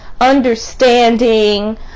Understanding